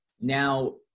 now